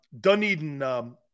Dunedin –